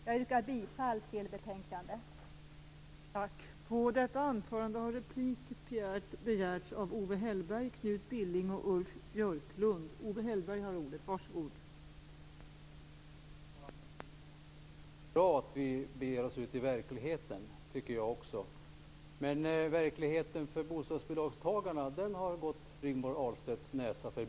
Jag yrkar bifall till utskottets hemställan.